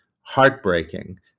heartbreaking